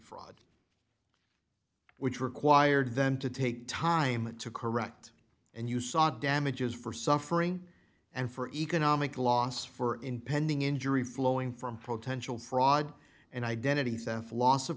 fraud which required them to take time to correct and you saw damages for suffering and for economic loss for impending injury flowing from pro tensional fraud and identity theft loss of